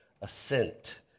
ascent